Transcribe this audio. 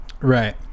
Right